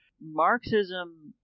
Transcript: Marxism